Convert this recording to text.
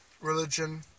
religion